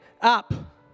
up